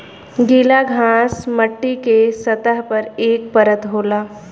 गीला घास मट्टी के सतह पर एक परत होला